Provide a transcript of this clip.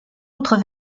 autre